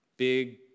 big